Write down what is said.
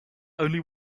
only